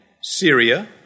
Syria